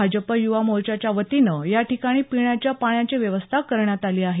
भाजप युवा मोर्चाच्या वतीनं या ठिकाणी पिण्याच्या पाण्याची व्यवस्था करण्यात आली आहे